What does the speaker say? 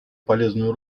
полезную